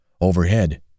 overhead